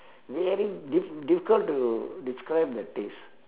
very diff~ difficult to describe the taste